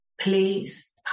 please